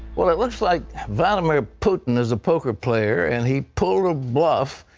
well, it looks like vladimir putin is a poker player, and he pulled a bluff,